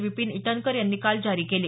विपीन इटनकर यांनी काल जारी केले